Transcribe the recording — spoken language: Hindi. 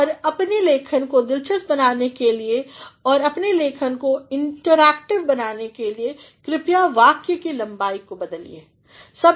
और अपनी लेखन को दिलचिस्प बनाने के लिए और अपनी लेखन को इंटरैक्टिव बनाने के लिए कृपया वाक्य की लम्बाई को बदलिए